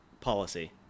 policy